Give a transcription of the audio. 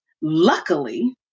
Luckily